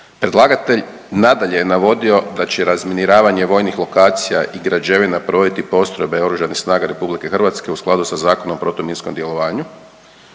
Predlagatelj nadalje je navodio da će razminiravanje vojnih lokacija i građevina provoditi postrojbe Oružanih snaga RH u skladu sa Zakonom o protuminskom djelovanju,